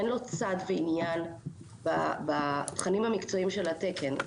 אין לו צד ועניין בתכנים המקצועיים של התקן.